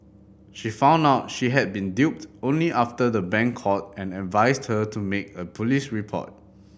she found out she had been duped only after the bank called and advised her to make a police report